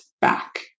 back